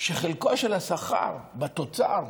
שחלקו של השכר בתוצר,